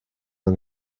yng